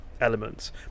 elements